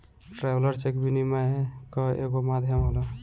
traveller cheque विनिमय कअ एगो माध्यम होला